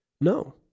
No